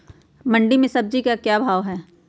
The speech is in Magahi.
मंडी में सब्जी का क्या भाव हैँ?